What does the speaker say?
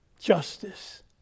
justice